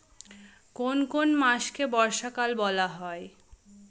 কোন কোন মাসকে বর্ষাকাল বলা হয়?